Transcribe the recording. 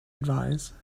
advise